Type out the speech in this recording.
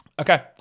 Okay